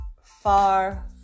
far